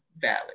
valid